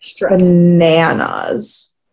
bananas